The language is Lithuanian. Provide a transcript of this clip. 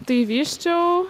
tai vysčiau